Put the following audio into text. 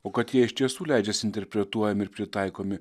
o kad jie iš tiesų leidžias interpretuojami ir pritaikomi